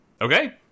Okay